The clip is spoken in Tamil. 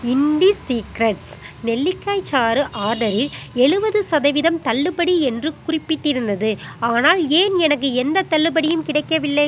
இண்டிஸீக்ரெட்ஸ் நெல்லிக்காய்ச் சாறு ஆர்டரில் எழுபது சதவீதம் தள்ளுபடி என்று குறிப்பிட்டிருந்தது ஆனால் ஏன் எனக்கு எந்தத் தள்ளுபடியும் கிடைக்கவில்லை